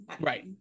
Right